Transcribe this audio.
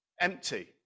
empty